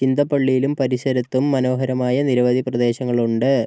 ചിന്തപ്പള്ളിയിലും പരിസരത്തും മനോഹരമായ നിരവധി പ്രദേശങ്ങളുണ്ട്